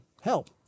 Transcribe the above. help